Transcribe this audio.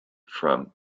from